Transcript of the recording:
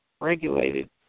regulated